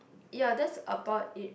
ya that's about it